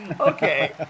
okay